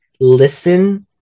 listen